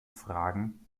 fragen